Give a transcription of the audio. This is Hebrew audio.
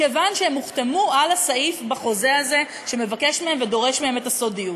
מכיוון שהם הוחתמו על הסעיף בחוזה שמבקש מהם ודורש מהם את הסודיות.